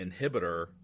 inhibitor